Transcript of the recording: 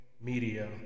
media